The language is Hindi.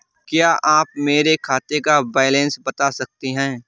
क्या आप मेरे खाते का बैलेंस बता सकते हैं?